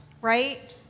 right